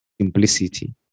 simplicity